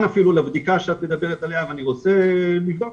מעוניין אפילו לבדיקה שאת מדברת עליה ואני רוצה לבדוק.